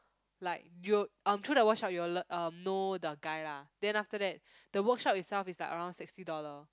like you'll um through the workshop you will learn um know the guy lah then after that the workshop itself is like around sixty dollar